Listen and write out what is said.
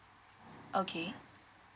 okay